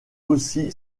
aussi